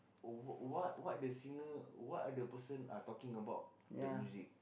what what what the singer what are the person are talking about the music